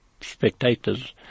spectators